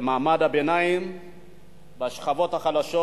למעמד הביניים והשכבות החלשות.